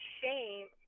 shame –